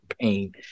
pain